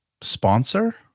sponsor